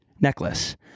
necklace